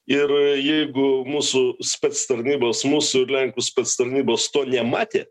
ir jeigu mūsų spec tarnybos mūsų ir lenkų spec tarnybos to ne matė